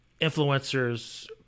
influencers